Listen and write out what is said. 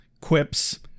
quips